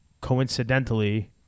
coincidentally